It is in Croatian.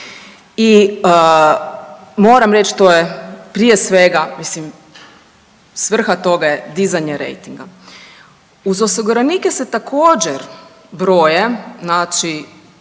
i moram reći, to je prije svega, mislim, svrha toga je dizanje rejtinga. Uz osiguranike se također, broje, znači